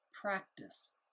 practice